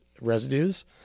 residues